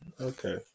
Okay